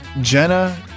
Jenna